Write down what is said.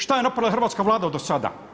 Što je napravila Hrvatska vlada do sada?